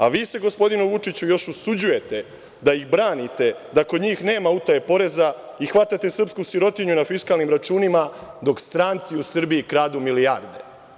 A vi, se, gospodine Vučiću još usuđujete da ih branite, da kod njih nema utaje poreza, i hvatate srpsku sirotinju na fiskalnim računima, dok stranci u Srbiji kradu milijarde.